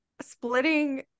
splitting